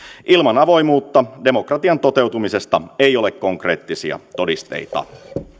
ilman avoimuutta demokratian toteutumisesta ei ole konkreettisia todisteita